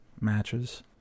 matches